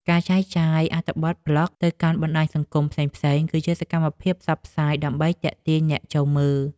ការចែកចាយអត្ថបទប្លក់ទៅកាន់បណ្ដាញសង្គមផ្សេងៗ គឺជាសកម្មភាពផ្សព្វផ្សាយដើម្បីទាក់ទាញអ្នកចូលមើល។